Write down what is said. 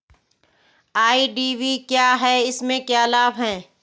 IDV क्या है इसमें क्या लाभ है?